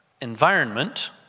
environment